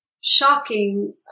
shocking